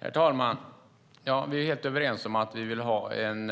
Herr talman! Vi är helt överens om att vi vill ha en